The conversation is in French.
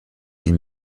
îles